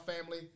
family